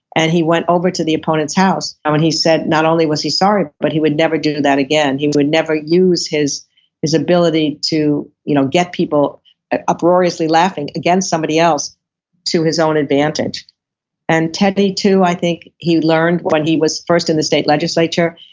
and he went over to the opponent's house, and when he said not only was he sorry, but he would never do that again. he would never use his ability ability to you know get people ah uproariously laughing against somebody else to his own advantage and teddy too, i think he learned when he was first in the state legislature,